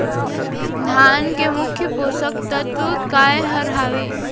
धान के मुख्य पोसक तत्व काय हर हावे?